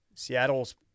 Seattle's